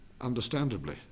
understandably